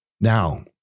Now